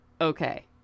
okay